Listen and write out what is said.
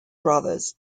brothers